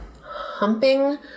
humping